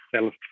self